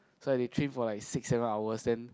so they train for like six seven hours then